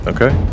Okay